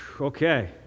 Okay